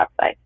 website